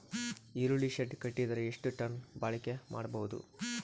ಈರುಳ್ಳಿ ಶೆಡ್ ಕಟ್ಟಿದರ ಎಷ್ಟು ಟನ್ ಬಾಳಿಕೆ ಮಾಡಬಹುದು?